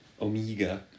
Omega